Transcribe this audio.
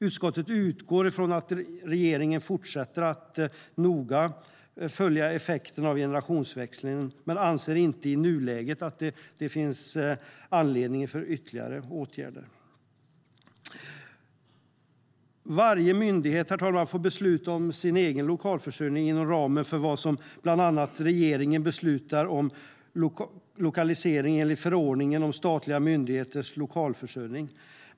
Utskottet utgår från att regeringen fortsätter att noga följa effekterna av generationsväxlingen men anser inte att det i nuläget finns anledning till ytterligare åtgärder. Varje myndighet får besluta om sin egen lokalförsörjning inom ramen för vad bland annat regeringen beslutar i fråga om lokalisering enligt förordningen om statliga myndigheters lokalförsörjning.